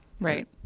Right